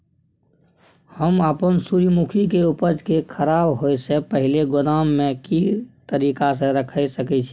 हम अपन सूर्यमुखी के उपज के खराब होयसे पहिले गोदाम में के तरीका से रयख सके छी?